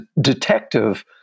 detective